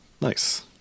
nice